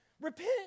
Repent